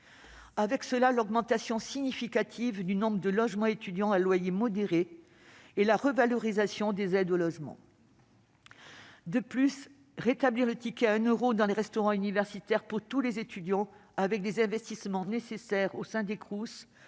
; l'augmentation significative du nombre de logements étudiants à loyer modéré et la revalorisation des aides au logement ; le rétablissement du ticket à un euro dans les restaurants universitaires pour tous les étudiants, les investissements nécessaires étant de